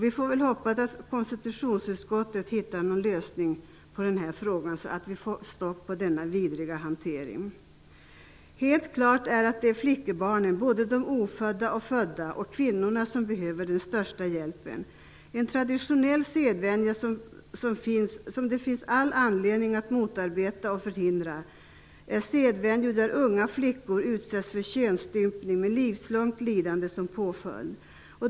Vi får väl hoppas att konstitutionsutskottet hittar någon lösning på den här frågan så att vi får stopp på denna vidriga hantering. Helt klart är att det är flickebarnen, både de ofödda och födda, och kvinnorna som behöver den största hjälpen. En traditionell sedvänja som det finns all anledning att motarbeta och förhindra är att unga flickor utsätts för könsstympning med livslångt lidande som påföljd.